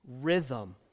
rhythm